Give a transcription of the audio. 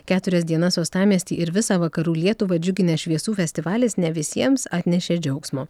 keturias dienas uostamiestį ir visą vakarų lietuvą džiuginęs šviesų festivalis ne visiems atnešė džiaugsmo